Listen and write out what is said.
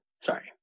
sorry